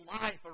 life